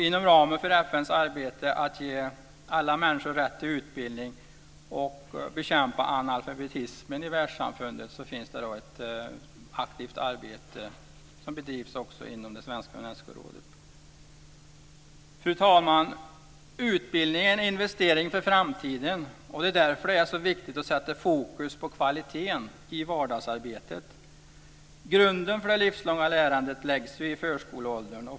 Inom ramen för FN:s arbete att ge alla människor rätt till utbildning och att bekämpa analfabetismen i världssamfundet finns det ett aktivt arbete som bedrivs inom det svenska Unescorådet. Fru talman! Utbildning är en investering inför framtiden. Därför är det så viktigt att sätta fokus på kvaliteten i vardagsarbetet. Grunden för det livslånga lärandet läggs i förskoleåldern.